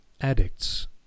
addicts